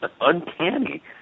uncanny